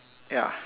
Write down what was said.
ya